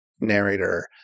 narrator